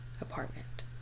apartment